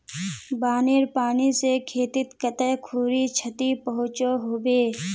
बानेर पानी से खेतीत कते खुरी क्षति पहुँचो होबे?